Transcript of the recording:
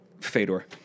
Fedor